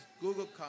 Google